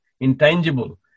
intangible